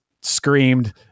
screamed